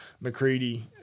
McCready